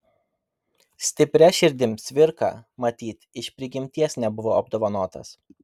stipria širdim cvirka matyt iš prigimties nebuvo apdovanotas